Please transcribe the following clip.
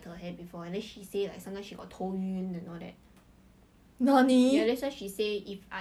关我屁事 ah this not even my business 不是我造成的 [what]